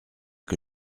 que